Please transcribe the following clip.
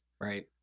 right